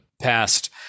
past